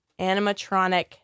animatronic